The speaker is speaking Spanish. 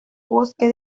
bosque